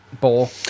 Bowl